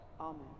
Amen